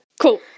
Cool